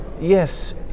yes